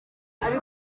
ari